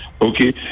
okay